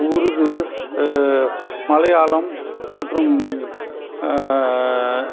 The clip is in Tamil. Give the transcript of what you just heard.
உருது மலையாளம் மற்றும்